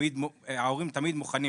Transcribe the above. וההורים תמיד מוכנים